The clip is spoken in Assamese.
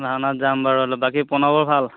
ভাওনাত যাম বাৰু বাকী প্ৰণৱৰ ভাল